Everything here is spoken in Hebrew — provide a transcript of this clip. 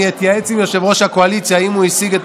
אני אתייעץ עם יושב-ראש הקואליציה אם הוא השיג את